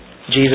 Jesus